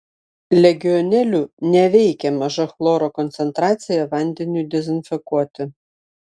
legionelių neveikia maža chloro koncentracija vandeniui dezinfekuoti